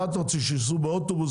מה תרצו שיסעו באוטובוס,